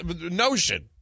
notion